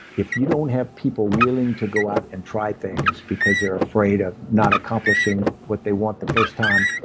if you don't have people willing to go out and try things because they're afraid of not accomplishing what they want the first time,